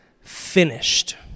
finished